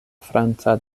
franca